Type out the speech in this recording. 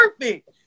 perfect